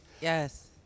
Yes